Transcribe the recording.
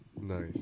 Nice